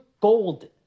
golden